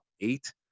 eight